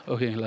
Okay